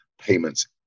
payments